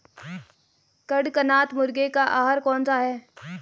कड़कनाथ मुर्गे का आहार कौन सा है?